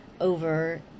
over